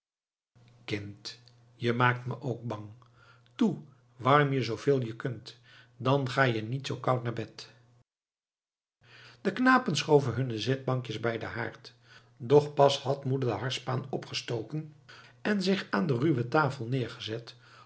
kind je maakt me ook bang toe warm je zooveel je kunt dan ga je niet zoo koud naar bed de knapen schoven hunne zitbankjes bij den haard doch pas had moeder de harsspaan opgestoken en zich aan de ruwe tafel neergezet